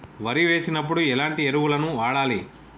వరి వేసినప్పుడు ఎలాంటి ఎరువులను వాడాలి?